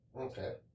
Okay